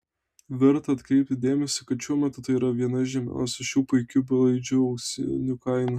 verta atkreipti dėmesį kad šiuo metu tai yra viena žemiausių šių puikių belaidžių ausinių kaina